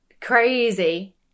Crazy